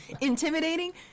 intimidating